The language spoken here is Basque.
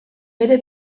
bere